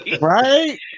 Right